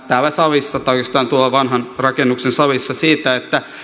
täällä salissa siitä tai oikeastaan tuolla vanhan rakennuksen salissa että